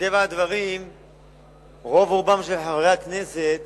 מטבע הדברים רוב רובם של חברי הכנסת